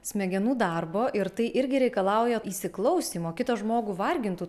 smegenų darbo ir tai irgi reikalauja įsiklausymo kitą žmogų vargintų